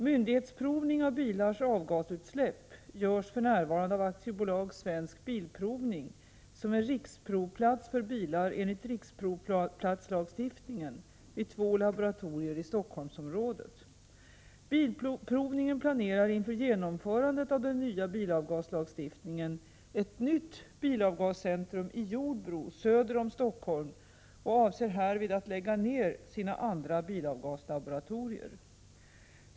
Myndighetsprovning av bilars avgasutsläpp görs för närvarande av AB Svensk Bilprovning, som är riksprovplats för bilar enligt riksprovplatslagstiftningen, vid två laboratorier i Stockholmsområdet. Bilprovningen planerar inför genomförandet av den nya bilavgaslagstiftningen ett nytt bilavgascentrum i Jordbro söder om Stockholm och avser härvid att lägga ned sina andra bilavgaslaboratorier.